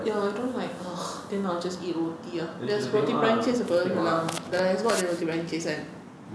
ya I don't like ah then I will just eat roti ah there's roti perancis apa dalam there's what roti perancis kan